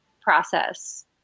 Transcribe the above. process